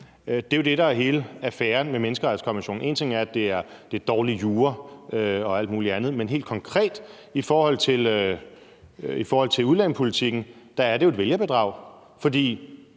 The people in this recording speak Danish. Det er jo det, der er hele affæren ved menneskerettighedskonventionen. Én ting er, at det er dårlig jura og alt muligt andet, men helt konkret i forhold til udlændingepolitikken er det jo et vælgerbedrag, for